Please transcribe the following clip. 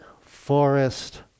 forest